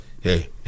hey